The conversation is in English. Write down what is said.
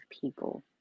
people